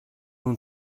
اون